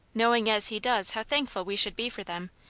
knowing as he does how thankful we should be for them,